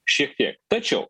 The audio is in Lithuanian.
šiek tiek tačiau